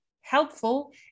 helpful